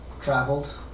traveled